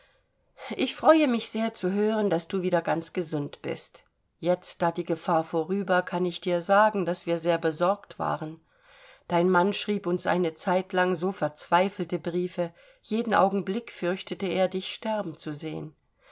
ich freue mich sehr zu hören daß du wieder ganz gesund bist jetzt da die gefahr vorüber kann ich dir sagen daß wir sehr besorgt waren dein mann schrieb uns eine zeit lang so verzweifelte briefe jeden augenblick fürchtete er dich sterben zu sehen